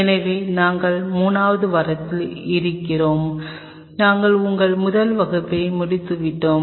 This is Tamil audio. எனவே நாங்கள் 3 வது வாரத்தில் இருக்கிறோம் நாங்கள் எங்கள் முதல் வகுப்பை முடித்துவிட்டோம்